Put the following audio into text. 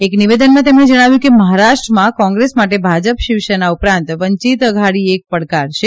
એક નિવેદનમાં તેમણે જણાવ્યું કે મહારાષ્ટ્રમાં કોંગ્રેસ માટે ભાજપ શિવસેના ઉપરાંત વંચિત અઘાડી એક પડકાર છે